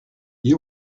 you